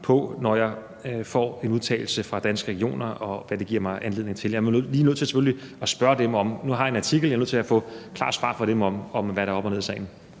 på, når jeg får en udtalelse fra Danske Regioner og kan se, hvad det giver mig anledning til. Jeg er nødt til selvfølgelig lige at spørge dem om det. Nu har jeg en artikel, og jeg er nødt til at få klart svar fra dem på, hvad der er op og ned i sagen.